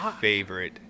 favorite